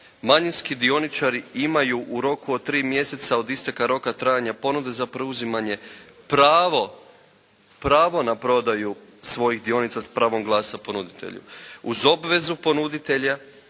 manjinski dioničari imaju u roku od tri mjeseca od isteka roka trajanja ponude za preuzimanje pravo na prodaju svojih dionica sa pravom glasa ponuditelju. Uz obvezu ponuditelja,